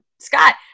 Scott